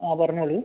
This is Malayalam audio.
ആ പറഞ്ഞോളൂ